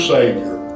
Savior